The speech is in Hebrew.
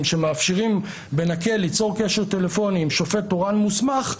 שמאפשרים בנקל ליצור קשר טלפוני עם שופט תורן מוסמך,